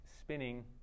spinning